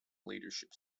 leadership